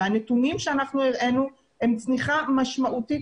והנתונים שאנחנו הראינו הם צניחה משמעותית